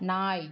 நாய்